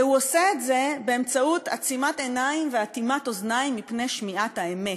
והוא עושה את זה באמצעות עצימת עיניים ואטימת אוזניים מפני שמיעת האמת.